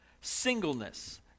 Singleness